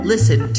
Listen